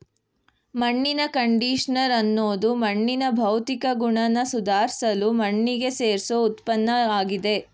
ಮಣ್ಣಿನ ಕಂಡಿಷನರ್ ಅನ್ನೋದು ಮಣ್ಣಿನ ಭೌತಿಕ ಗುಣನ ಸುಧಾರ್ಸಲು ಮಣ್ಣಿಗೆ ಸೇರ್ಸೋ ಉತ್ಪನ್ನಆಗಿದೆ